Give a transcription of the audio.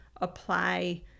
apply